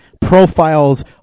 profiles